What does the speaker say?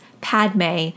Padme